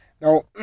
Now